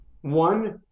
One